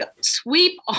sweep